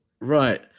Right